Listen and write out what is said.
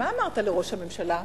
מה אמרת לראש הממשלה?